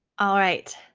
alright,